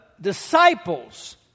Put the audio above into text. disciples